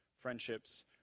friendships